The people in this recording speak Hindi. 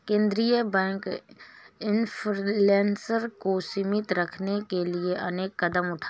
केंद्रीय बैंक इन्फ्लेशन को सीमित रखने के लिए अनेक कदम उठाता है